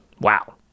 Wow